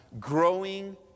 growing